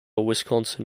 wisconsin